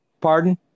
Pardon